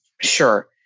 Sure